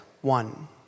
one